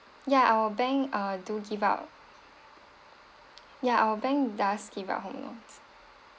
ya our bank uh do give out ya our bank does give out home loans